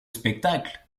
spectacle